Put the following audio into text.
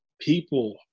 people